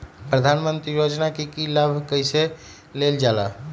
प्रधानमंत्री योजना कि लाभ कइसे लेलजाला?